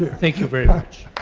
but thank you very much.